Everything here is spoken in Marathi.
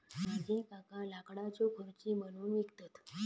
माझे काका लाकडाच्यो खुर्ची बनवून विकतत